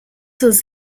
was